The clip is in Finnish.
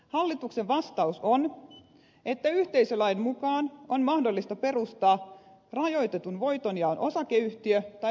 hallituksen vastaus on että yhteisölain mukaan on mahdollista perustaa rajoitetun voitonjaon osakeyhtiö tai osuuskunta